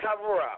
cover-up